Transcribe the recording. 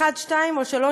1 2 או 4 3